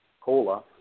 COLA